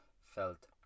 felt